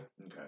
Okay